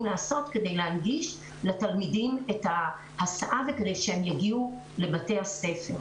לעשות כדי להנגיש לתלמידים את ההסעה כדי שהם יגיעו לבתי הספר.